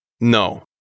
No